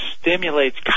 stimulates